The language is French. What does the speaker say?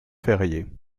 fériés